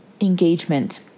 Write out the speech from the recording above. engagement